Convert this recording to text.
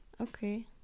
Okay